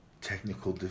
Technical